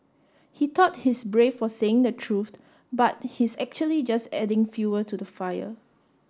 he thought he's brave for saying the truth but he's actually just adding fuel to the fire